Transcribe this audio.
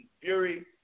Fury